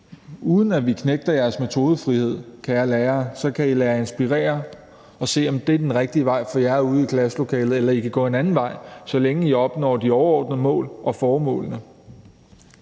Uden at vi knægter jeres metodefrihed, kære lærere, så kan I lade jer inspirere og se, om det er den rigtige vej for jer ude i klasselokalerne – eller I kan gå en anden vej, så længe I opnår de overordnede mål og formålene.